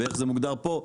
ואיך זה מוגדר פה?